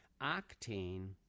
octane